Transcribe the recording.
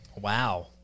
Wow